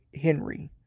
Henry